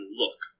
look